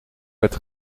werd